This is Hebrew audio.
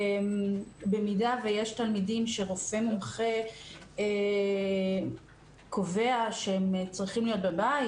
במידה שיש תלמידים שרופא מומחה קובע שהם צריכים להיות בבית,